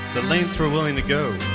the lengths we're willing to go.